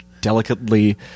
delicately